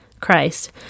Christ